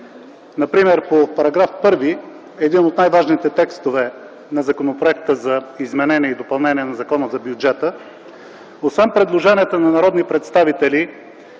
например, по § 1 – един от най-важните текстове на Законопроекта за изменение и допълнение на Закона за бюджета, освен предложенията на народни представители